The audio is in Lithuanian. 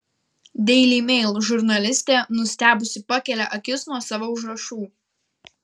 daily mail žurnalistė nustebusi pakelia akis nuo savo užrašų